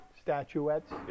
statuettes